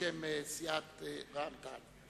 בשם סיעת רע"ם-תע"ל.